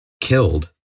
killed